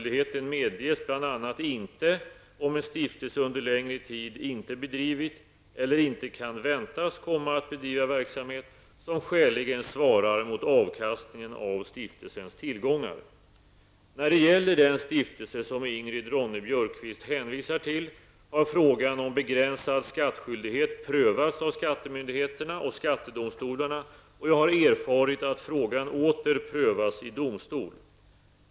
inte om en stiftelse under längre tid inte bedrivit eller inte kan väntas komma att bedriva verksamhet som skäligen svarar mot avkastningen av stiftelsens tillgångar. När det gäller den stiftelse som Ingrid Ronne Björkqvist hänvisar till har frågan om begränsad skattskyldighet prövats av skattemyndigheterna och skattedomstolarna och jag har erfarit att frågan åter prövas i domstol.